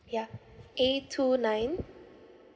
yeah A two nine